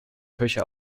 kirche